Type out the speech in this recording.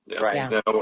Right